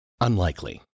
unlikely